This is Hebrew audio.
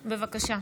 בבקשה.